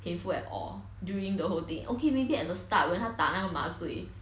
painful at all during the whole thing okay maybe at the start when 他打那个麻醉